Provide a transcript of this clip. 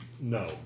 No